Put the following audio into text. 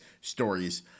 stories –